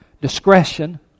discretion